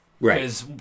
Right